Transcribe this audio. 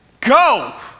Go